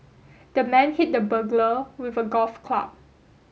the man hit the burglar with a golf club